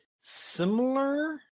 similar